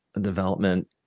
development